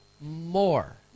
more